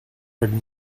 heard